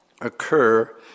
occur